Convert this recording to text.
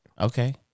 Okay